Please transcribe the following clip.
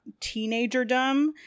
teenagerdom